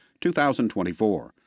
2024